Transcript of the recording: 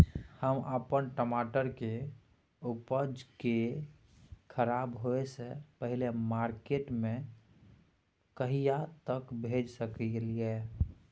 हम अपन टमाटर के उपज के खराब होय से पहिले मार्केट में कहिया तक भेज सकलिए?